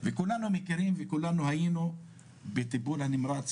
וכולנו מכירים וכולנו היינו בטיפול הנמרץ,